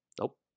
Nope